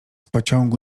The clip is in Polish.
pociągu